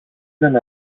δεν